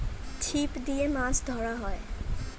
ছিপ দিয়ে মাছ ধরা হয়